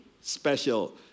special